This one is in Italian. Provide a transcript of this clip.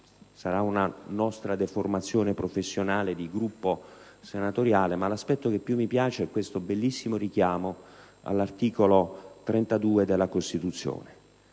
Sarà per nostra deformazione professionale di Gruppo senatoriale, ma l'aspetto che più ci piace è il bellissimo richiamo fatto nella mozione